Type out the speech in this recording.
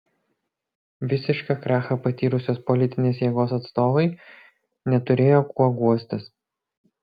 visišką krachą patyrusios politinės jėgos atstovai neturėjo kuo guostis